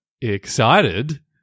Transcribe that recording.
excited